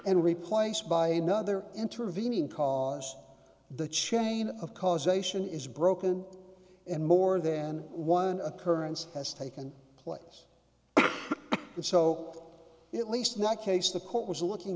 and replaced by another intervening cause the chain of causation is broken and more then one occurrence has taken place and so it least that case the court was looking